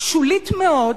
שולית מאוד,